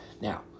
Now